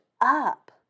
up